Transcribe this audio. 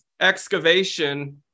excavation